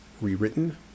rewritten